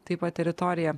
taip pat teritorija